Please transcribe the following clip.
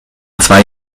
zwei